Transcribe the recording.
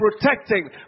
protecting